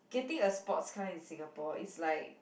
getting a sports car in Singapore is like